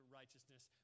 righteousness